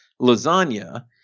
lasagna